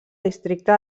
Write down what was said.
districte